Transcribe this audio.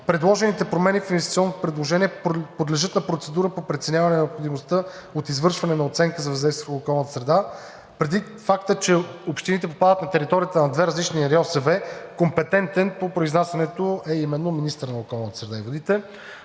Предложените промени в инвестиционното предложение подлежат на процедура по преценяване на необходимостта от извършване на оценка за въздействието върху околната среда. Предвид факта, че общините попадат на територията на две различни РИОСВ, компетентен по произнасянето е именно министърът на околната среда и водите.